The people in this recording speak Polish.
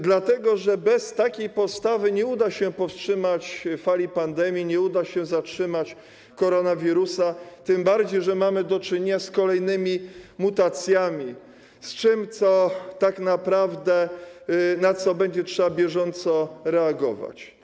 Dlatego że bez takiej postawy nie uda się powstrzymać fali pandemii, nie uda się zatrzymać koronawirusa, tym bardziej że mamy do czynienia z kolejnymi mutacjami, na co tak naprawdę będzie trzeba na bieżąco reagować.